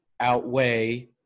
outweigh